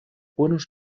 buenos